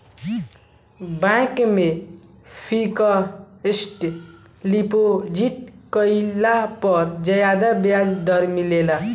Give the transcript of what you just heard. bank में fixed deposit कईला पर ज्यादा ब्याज दर मिलेला